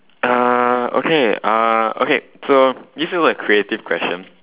uh okay uh okay this look like creative question